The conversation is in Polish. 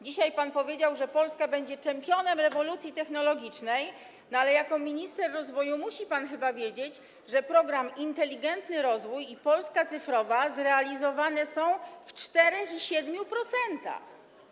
Dzisiaj pan powiedział, że Polska będzie czempionem rewolucji technologicznej, ale jako minister rozwoju musi pan chyba wiedzieć, że programy „Inteligentny rozwój” i „Polska cyfrowa” zrealizowane są w 4 i 7%.